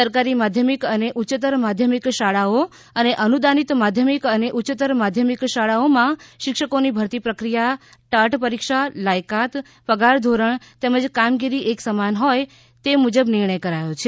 સરકારી માધ્યમિક અને ઉચ્યત્તર માધ્યમિક શાળાઓ અને અનુદાનિત માધ્યમિક અને ઉચ્ચત્તર માધ્યમિક શાળાઓમાં શિક્ષકોની ભરતી પ્રક્રિયા ટાટ પરીક્ષા લાયકાત પગાર ધોરણ તેમજ કામગીરી એક સમાન હોય આ નિર્ણય કરાયો છે